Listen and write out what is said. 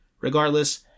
Regardless